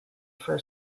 for